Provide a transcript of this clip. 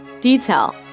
Detail